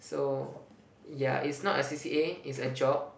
so ya it's not a C_C_A it's a job